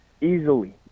easily